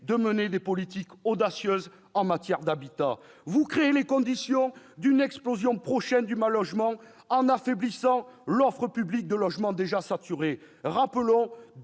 de mener des politiques audacieuses en matière d'habitat. Vous créez les conditions d'une explosion prochaine du mal-logement, en affaiblissant l'offre publique de logement déjà saturée. Près